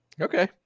Okay